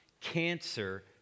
cancer